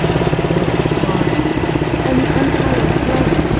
still charming and the unhallowed flame,